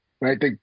right